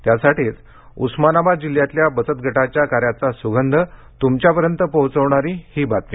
त्यासाठीच उस्मानाबाद जिल्ह्यातल्या बचत गटाच्या कार्याचा सुगंध तुमच्यापर्यंत पोहोचवणारी ही बातमी